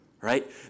right